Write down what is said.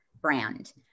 brand